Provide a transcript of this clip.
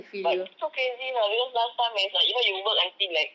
but it's so crazy lah because last time where it's like you know you work until like